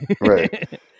Right